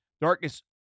Darkness